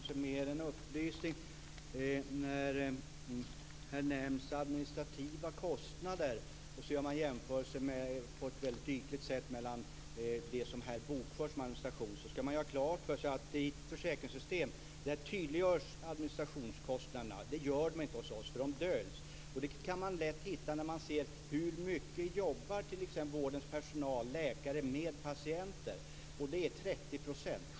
Fru talman! Detta kanske mer är en upplysning. Här görs på ett väldigt ytligt sätt jämförelser mellan administrativa kostnader och det som bokförs som administration. Man skall då ha klart för sig att i ett försäkringssystem tydliggörs administrationskostnaderna. Det gör de inte här, för de döljs. Det kan man lätt märka när man ser på hur mycket vårdens personal, läkare, jobbar med patienter, nämligen 30 %.